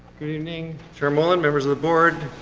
good evening chairman, members of the board.